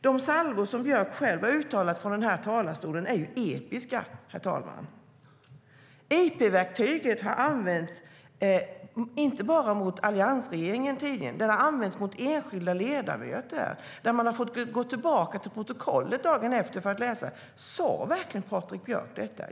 De salvor som Björck själv har uttalat från den här talarstolen är episka, herr talman. Interpellationsverktyget har inte bara använts mot alliansregeringen tidigare utan också mot enskilda ledamöter. Man har fått gå tillbaka till protokollet dagen efter för att läsa: Sa Patrik Björck verkligen detta?